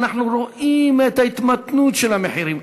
אנחנו רואים את ההתמתנות של המחירים.